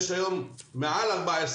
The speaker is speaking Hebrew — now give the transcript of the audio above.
יש היום מעל 14,